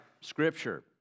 Scripture